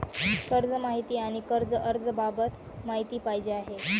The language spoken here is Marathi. कर्ज माहिती आणि कर्ज अर्ज बाबत माहिती पाहिजे आहे